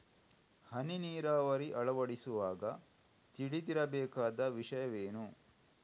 ಹನಿ ನೀರಾವರಿ ಅಳವಡಿಸುವಾಗ ತಿಳಿದಿರಬೇಕಾದ ವಿಷಯವೇನು?